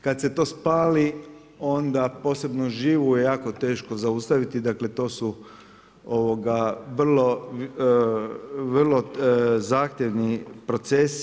Kad se to spali onda posebno živu je jako teško zaustaviti, dakle to su vrlo zahtjevni procesi.